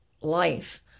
life